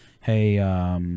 hey